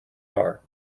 are